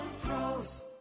Pros